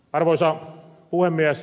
arvoisa puhemies